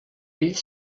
ell